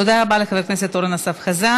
תודה רבה לחבר הכנסת אורן אסף חזן.